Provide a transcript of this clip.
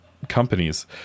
companies